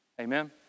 Amen